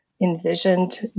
envisioned